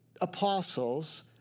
apostles